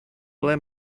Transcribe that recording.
ble